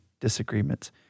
disagreements